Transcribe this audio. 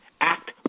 Act